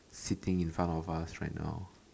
sitting in front of us right now